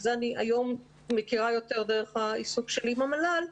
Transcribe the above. וזה אני היום מכירה יותר דרך העיסוק שלי עם המל"ל,